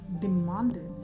demanded